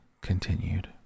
continued